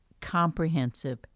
comprehensive